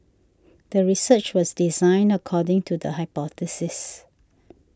the research was designed according to the hypothesis